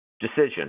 decision